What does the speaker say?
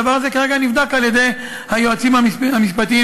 הדבר הזה כרגע נבדק על-ידי היועצים המשפטיים